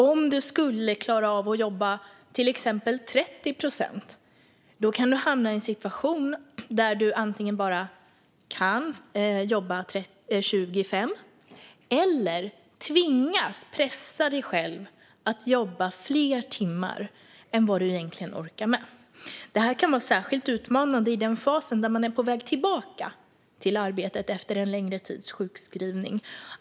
Om man klarar av att jobba till exempel 30 procent kan man hamna i en situation där man bara får jobba 25 procent eller tvingas pressa sig själv att jobba fler timmar än man orkar. Det kan vara särskilt utmanande i den fas då man är på väg tillbaka i arbete efter en längre tids sjukskrivning.